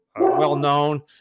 well-known